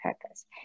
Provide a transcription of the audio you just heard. purpose